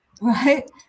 right